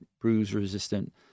bruise-resistant